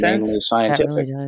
scientific